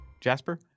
Jasper